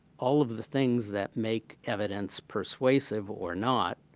all of the things that make evidence persuasive or not,